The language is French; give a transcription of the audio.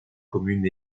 commune